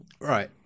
Right